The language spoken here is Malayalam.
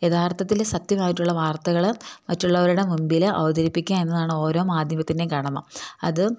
യഥാർത്ഥത്തിൽ സത്യമായിട്ടുള്ള വാർത്തകൾ മറ്റുള്ളവരുടെ മുമ്പിൽ അവതരിപ്പിക്കുക എന്നതാണ് ഓരോ മാധ്യമത്തിൻ്റെ കടമ അത്